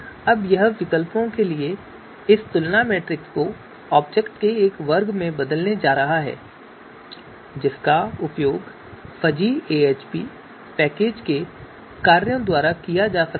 अब हम विकल्पों के लिए इस तुलना मैट्रिक्स को ऑब्जेक्ट के एक वर्ग में बदलने जा रहे हैं जिसका उपयोग fuzzyAHP पैकेज के कार्यों द्वारा किया जा सकता है